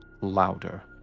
louder